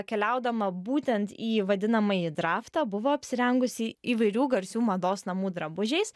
keliaudama būtent į vadinamąjį draftą buvo apsirengusi įvairių garsių mados namų drabužiais